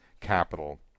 capital